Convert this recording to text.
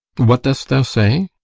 what dost thou say?